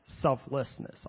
selflessness